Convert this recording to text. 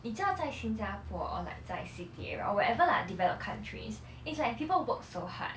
你知道在新加坡 or like 在 city area or whatever lah developed countries it's like people work so hard